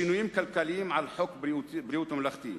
שינויים כלכליים בחוק ביטוח בריאות ממלכתי,